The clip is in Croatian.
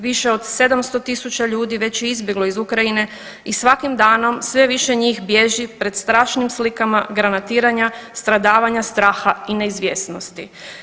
Više od 700 tisuća ljudi već je izbjeglo iz Ukrajine, i svakim danom, sve više njih bježi pred strašnim slikama granatiranja, stradavanja, straha i neizvjesnosti.